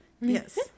yes